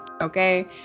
Okay